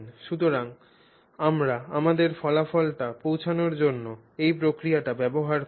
সুতরাং আমরা আমাদের ফলাফলটি পৌঁছানোর জন্য এই প্রক্রিয়াটি ব্যবহার করব